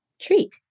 treat